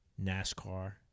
NASCAR